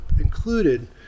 included